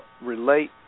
relate